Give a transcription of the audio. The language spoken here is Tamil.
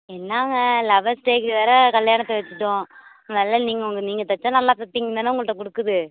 என்னாங்க லவ்வேர்ஸ் டேக்கு வேறு கல்யாணத்தை வச்சிட்டோம் நல்லா நீங்கள் உங்கள் நீங்கள் தச்சா நல்லா தைப்பிங்கனு தானே உங்கள்கிட்ட கொடுக்குது